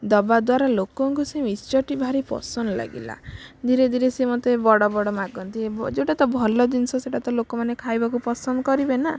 ଦେବା ଦ୍ୱାରା ଲୋକଙ୍କୁ ସେ ମିକ୍ସଚର୍ଟି ଭାରି ପସନ୍ଦ ଲାଗିଲା ଧୀରେ ଧୀରେ ସିଏ ମୋତେ ବଡ଼ ବଡ଼ ମାଗନ୍ତି ଯେଉଁଟା ତ ଭଲ ଜିନିଷ ସେଇଟା ତ ଲୋକମାନେ ଖାଇବାକୁ ପସନ୍ଦ କରିବେନା